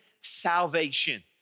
salvation